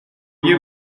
you